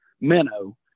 minnow